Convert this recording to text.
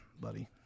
buddy